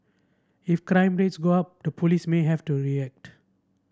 if crime rates go up to police may have to react